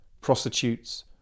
Prostitutes